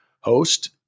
host